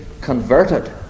converted